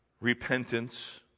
repentance